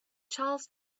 charles